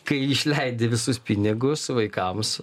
kai išleidi visus pinigus vaikams